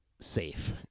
Safe